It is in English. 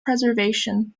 preservation